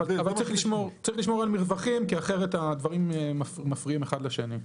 אבל צריך לשמור על מרווחים כי אחרת הדברים מפריעים אחד לשני.